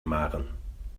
maren